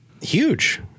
huge